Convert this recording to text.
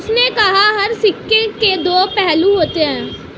उसने कहा हर सिक्के के दो पहलू होते हैं